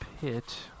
pit